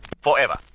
Forever